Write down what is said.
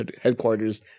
headquarters